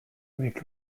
avec